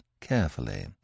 carefully